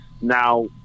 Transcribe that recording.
Now